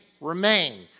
remain